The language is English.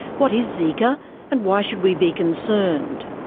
what is zika and why should we be concerned?